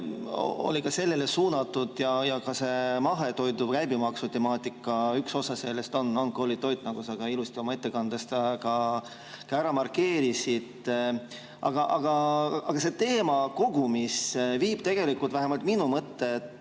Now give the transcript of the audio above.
oli sellele suunatud, ja ka sellest mahetoidu käibemaksu temaatikast üks osa on koolitoit, nagu sa ka ilusti oma ettekandes ära markeerisid. Aga see teema kogumis viib tegelikult vähemalt minu mõtted